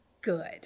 good